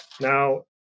Now